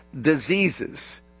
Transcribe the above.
diseases